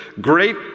great